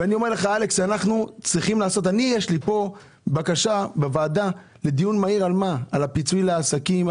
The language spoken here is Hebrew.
הגשתי בקשה לדיון מהיר על הפיצוי לעסקים,